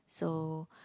so